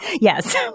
Yes